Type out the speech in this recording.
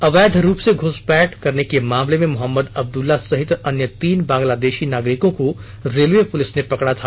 अवैध रूप से घसपैठ करने के मामले में मोहम्मद अब्दल्ला सहित अन्य तीन बांग्लादेशी नागरिकों को रेलर्व पुलिस ने पकड़ा था